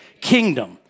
Kingdom